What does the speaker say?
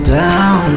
down